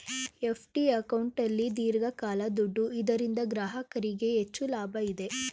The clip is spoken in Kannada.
ಎಫ್.ಡಿ ಅಕೌಂಟಲ್ಲಿ ದೀರ್ಘಕಾಲ ದುಡ್ಡು ಇದರಿಂದ ಗ್ರಾಹಕರಿಗೆ ಹೆಚ್ಚು ಲಾಭ ಇದೆ